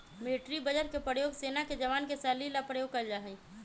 military budget के प्रयोग सेना के जवान के सैलरी ला प्रयोग कइल जाहई